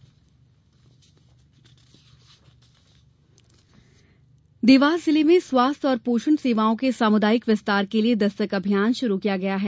दस्तक अभियान देवास जिले में स्वास्थ्य और पोषण सेवाओं के सामुदायिक विस्तार के लिये दस्तक अभियान शुरू किया गया है